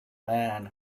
man